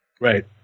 Right